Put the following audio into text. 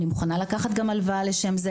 אני מוכנה לקחת גם הלוואה לשם זה,